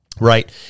right